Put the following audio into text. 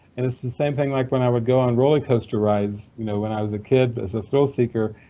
and it's the same thing like when i would go on rollercoaster rides you know when i was a kid, as a thrillseeker.